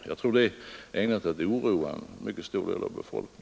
Jag tror det är ägnat att oroa en mycket stor del av befolkningen,